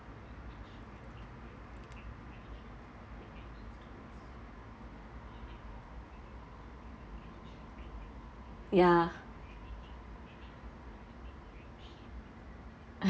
ya